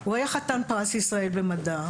הוא היה חתן פרס ישראל במדע,